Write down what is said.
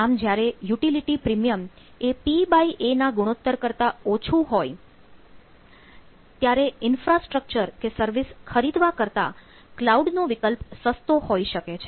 આમ જ્યારે utility premium એ PA ના ગુણોત્તર કરતા ઓછું હોય ત્યારે ઇન્ફ્રાસ્ટ્રક્ચર કે સર્વિસ ખરીદવા કરતાં કલાઉડ નો વિકલ્પ સસ્તો હોઇ શકે છે